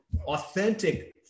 authentic